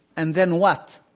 and then what?